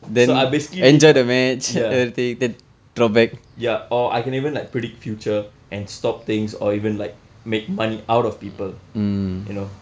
so I basically mean like ya ya or I can even like predict future and stop things or even like make money out of people you know